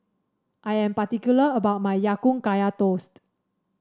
I am particular about my Ya Kun Kaya Toast